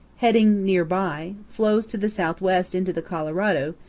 heading near by, flows to the southwest into the colorado,